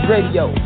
Radio